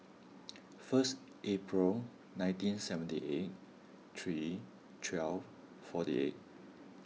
first April nineteen seventy eight three twelve forty eight